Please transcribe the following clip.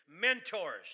mentors